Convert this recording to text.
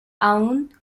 aun